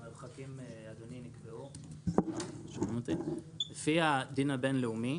המרחקים, אדוני, נקבעו לפי הדין הבין-לאומי,